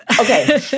Okay